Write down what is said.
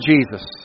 Jesus